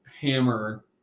hammer